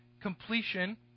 completion